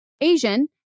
Asian